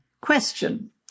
question